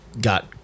got